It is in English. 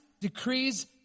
decrees